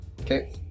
Okay